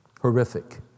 horrific